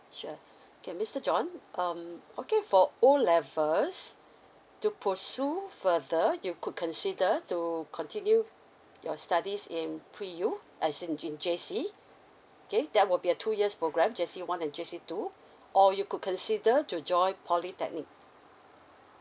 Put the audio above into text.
sure okay mister john um okay for O levels to pursue further you could consider to continue your studies in pre U as in in J_C okay that will be a two years programme J_C one and J_C two or you could consider to join polytechnic